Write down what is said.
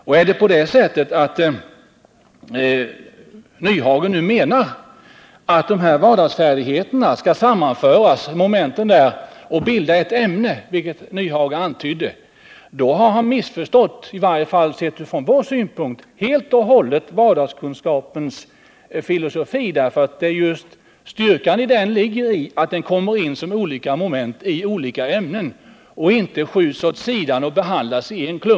Om Hans Nyhage nu -— vilket han antydde — menar att momenten i dessa vardagsfärdigheter skall sammanföras och bilda ett ämne, har han, i varje fall från vår synpunkt, helt och hållet missförstått vardagskunskapernas filosofi. Styrkan i den ligger i att vardagskunskaperna kommer in som moment i olika ämnen och inte skjuts åt sidan och behandlas i en klump.